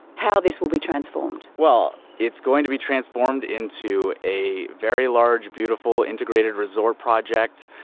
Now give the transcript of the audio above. how this will be transformed? well, it's going to be transformed into a very large beautiful integrated resort project.